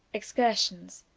excursions.